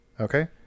Okay